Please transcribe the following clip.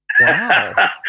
Wow